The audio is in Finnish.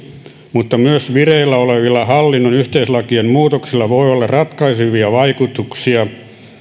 mutta myös vireillä olevilla hallinnon yhteislakien muutoksilla voi olla ratkaisevia vaikutuksia